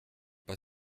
pas